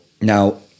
Now